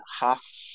half